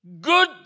good